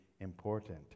important